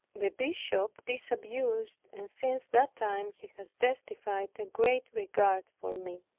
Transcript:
the bishop disabused, and since that time he has testified a great regard for me.